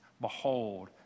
Behold